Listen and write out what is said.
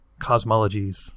cosmologies